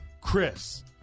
Chris